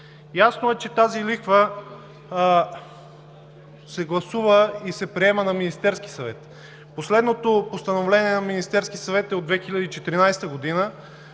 Ясно е, че тази лихва се гласува и се приема на Министерския съвет. Последното постановление на Министерския съвет е от 2014 г.